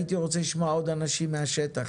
כולל הייתי רוצה לשמוע עוד אנשים מהשטח,